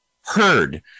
heard